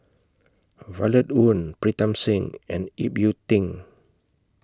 Violet Oon Pritam Singh and Ip Yiu Tung